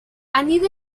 anida